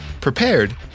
prepared